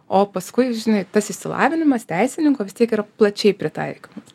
o paskui žinai tas išsilavinimas teisininko vis tiek yra plačiai pritaikomas